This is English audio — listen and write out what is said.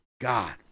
God